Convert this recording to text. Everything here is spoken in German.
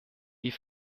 die